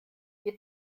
wir